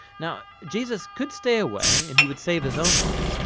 now jesus could stay away and he would save his own life,